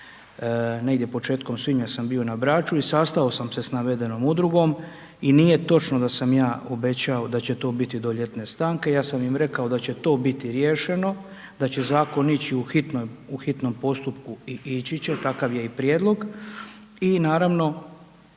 negdje početkom svibnja sam bio na Braču i sastao sam se sa navedenom udrugom i nije točno da sam ja obećao da će to biti do ljetne stanke, ja sam im rekao da će to biti riješeno, da će zakon ići u hitnom postupku i ići će, takav je i prijedlog